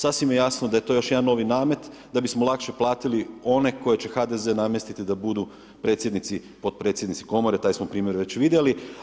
Sasvim je jadno da je to još jedan novi namet da bismo lakše platili one koje će HDZ namjestiti da budu predsjednici, potpredsjednici komore, taj smo primjer već vidjeli.